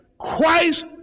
Christ